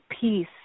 peace